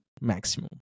maximum